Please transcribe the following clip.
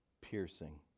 piercing